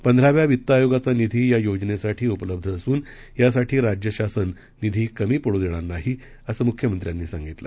पंधराव्यावित्तआयोगाचानिधीयायोजनेसाठीउपलब्धअसूनयासाठीराज्यशासननिधीकमीपडूदेणारनाही असंमुख्यमंत्र्यांनीसांगितलं